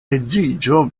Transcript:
edziĝo